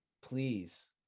please